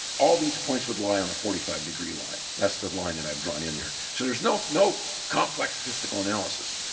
all these points were lie on a forty five degree line. that's the line and i've drawn in there, so there's no no complex statistical analysis,